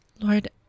Lord